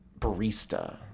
barista